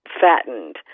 fattened